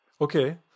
okay